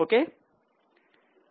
ok